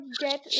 get